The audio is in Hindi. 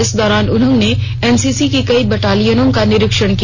इस दौरान उन्होने एनसीसी की कई बटालियानों का निरीक्षण किया